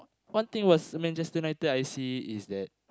one thing was Manchester-United I see is that